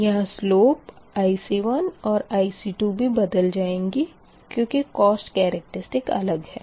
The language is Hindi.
यहाँ स्लोप IC1और IC2 भी बदल जाएँगी क्यूँकि कोस्ट केरेक्ट्रिसटिक अलग है